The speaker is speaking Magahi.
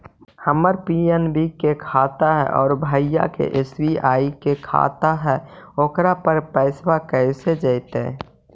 हमर पी.एन.बी के खाता है और भईवा के एस.बी.आई के है त ओकर पर पैसबा कैसे जइतै?